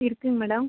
இருக்குதுங்க மேடம்